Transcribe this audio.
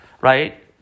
right